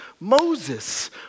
Moses